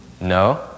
No